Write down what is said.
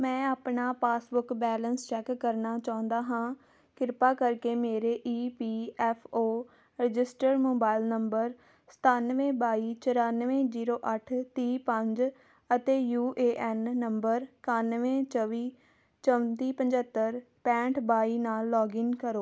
ਮੈਂ ਆਪਣਾ passbook balance check ਕਰਨਾ ਚਾਹੁੰਦਾ ਹਾਂ ਕਿਰਪਾ ਕਰਕੇ ਮੇਰੇ E P F O registered mobile number ਸਤਾਨਵੇਂ ਬਾਈ ਚੁਰਾਨਵੇਂ ਜੀਰੋ ਅੱਠ ਤੀਹ ਪੰਜ ਅਤੇ ਯੂ ਏ ਐਨ ਨੰਬਰ ਇਕਾਨਵੇਂ ਚੌਵੀ ਚੌਂਤੀ ਪੰਝੱਤਰ ਪੈਂਹਠ ਬਾਈ ਨਾਲ ਲੌਗਇਨ ਕਰੋ